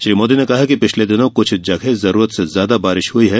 श्री मोदी ने कहा कि पिछले दिनों कृष्ठ जगह जरूरत से ज्यादा बारिश हई है